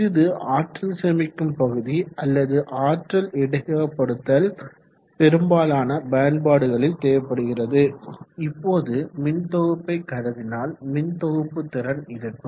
சிறிது ஆற்றல் சேமிக்கும் பகுதி அல்லது ஆற்றல் இடையகப்படுத்தல் பெரும்பாலான பயன்பாடுகளில் தேவைப்படுகிறது இப்போது மின்தொகுப்பை கருதினால் மின்தொகுப்பு திறன் இருக்கும்